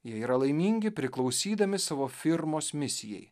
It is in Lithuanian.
jie yra laimingi priklausydami savo firmos misijai